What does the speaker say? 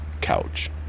couch